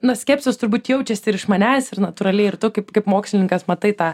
na skepsis turbūt jaučiasi ir išmanęs ir natūraliai ir tu kaip kaip mokslininkas matai tą